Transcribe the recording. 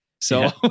So-